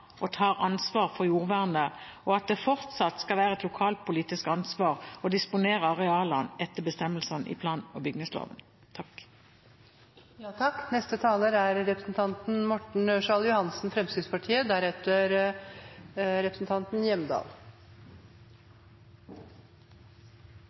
og tar ansvar for jordvernet, og at det fortsatt skal være et lokalpolitisk ansvar å disponere arealene etter bestemmelsene i plan- og bygningsloven.